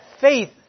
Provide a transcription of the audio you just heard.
faith